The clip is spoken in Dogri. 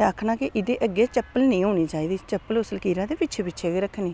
ते आक्खना एह्दे अग्गें चप्पल निं औना चाहिदी चप्पल इत्थें कीह्रै ते पिच्छें पिच्छें गै रक्खनी